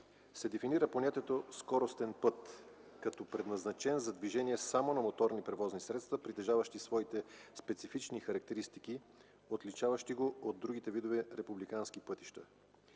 се дефинира понятието „скоростен път”, като предназначен за движение само на моторни превозни средства, притежаващи своите специфични характеристики, отличаващи го от другите видове републикански пътища.